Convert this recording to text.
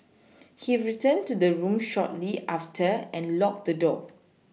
he returned to the room shortly after and locked the door